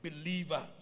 believer